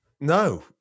No